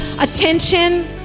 attention